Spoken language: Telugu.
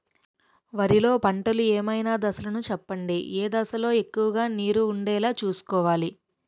వరిలో పంటలు ఏమైన దశ లను చెప్పండి? ఏ దశ లొ ఎక్కువుగా నీరు వుండేలా చుస్కోవలి?